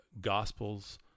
Gospels